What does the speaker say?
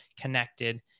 connected